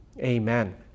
amen